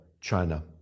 China